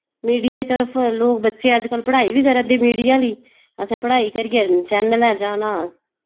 media दी तरफ लोक बच्चे अज्जकल पढ़ाई बी करा दे मीडिया आह्ली असें पढ़ाई करियै चैनलें जाना